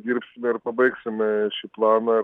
dirbsime ir pabaigsime šį planą